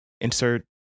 insert